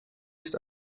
است